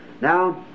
Now